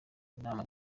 inama